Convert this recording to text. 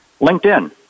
LinkedIn